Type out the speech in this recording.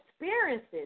experiences